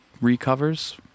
recovers